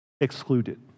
excluded